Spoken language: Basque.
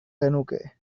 genuke